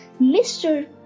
Mr